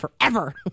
forever